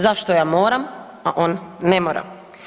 Zašto ja moram a on ne mora?